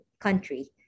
country